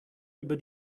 über